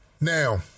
Now